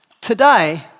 today